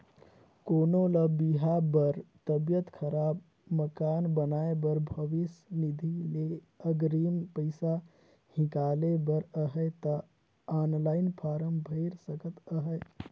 कोनो ल बिहा बर, तबियत खराब, मकान बनाए बर भविस निधि ले अगरिम पइसा हिंकाले बर अहे ता ऑनलाईन फारम भइर सकत अहे